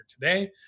today